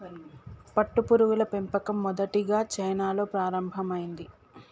పట్టుపురుగుల పెంపకం మొదటిగా చైనాలో ప్రారంభమైంది